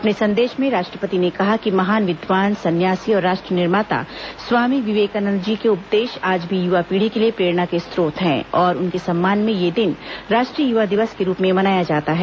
अपने संदेश में राष्ट्रपति ने कहा कि महान विद्वान संन्यासी और राष्ट्र निर्माता स्वामी विवेकानंद के उपदेश आज भी युवा पीढ़ी के लिए प्रेरणा के स्रोत हैं और उनके सम्मान में यह दिन राष्ट्रीय युवा दिवस के रूप में मनाया जाता है